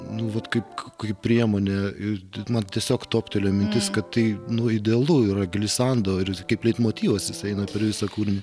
nu vat kaip kaip priemonę ir mat tiesiog toptelėjo mintis kad tai nu idealu yra gili sando ir kaip leitmotyvas jisai eina per visą kūrinį